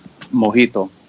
mojito